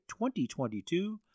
2022